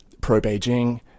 pro-Beijing